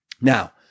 now